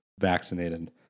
vaccinated